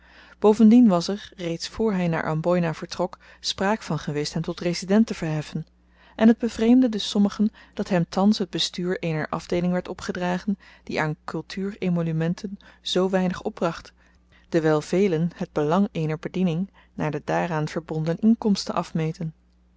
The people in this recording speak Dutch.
bovendien was er reeds voor hy naar amboina vertrok spraak van geweest hem tot resident te verheffen en het bevreemdde dus sommigen dat hem thans het bestuur eener afdeeling werd opgedragen die aan kultuur emolumenten zoo weinig opbracht dewyl velen het belang eener bediening naar de daaraan verbonden inkomsten afmeten